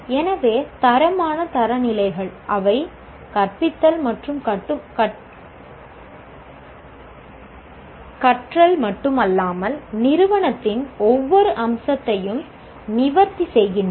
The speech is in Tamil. எனவே தரமான தரநிலைகள் அவை கற்பித்தல் மற்றும் கற்றல் மட்டுமல்லாமல் நிறுவனத்தின் ஒவ்வொரு அம்சத்தையும் நிவர்த்தி செய்கின்றன